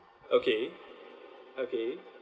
okay okay